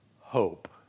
hope